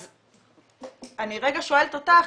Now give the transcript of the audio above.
אז אני רגע שואלת אותך,